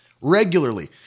regularly